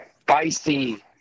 spicy